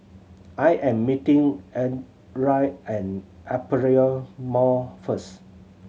I am meeting and Aperia Mall first